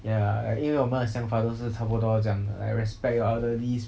ya and 因为我们的想法都是差不多这样的 like respect your elderly